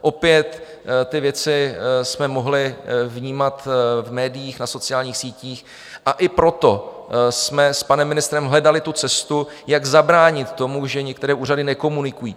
Opět ty věci jsme mohli vnímat v médiích a na sociálních sítích, a i proto jsme s panem ministrem hledali cestu, jak zabránit tomu, že některé úřady nekomunikují.